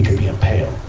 be impaled.